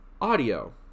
Audio